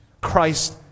Christ